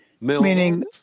meaning